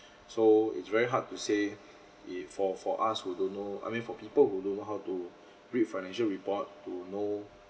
so it's very hard to say if for for us who don't know I mean for people who don't know how to read financial report to know